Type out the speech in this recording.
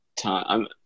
time